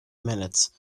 minutes